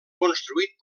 construït